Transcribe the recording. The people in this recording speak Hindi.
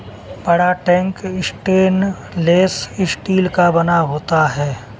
बड़ा टैंक स्टेनलेस स्टील का बना होता है